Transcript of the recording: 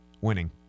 winning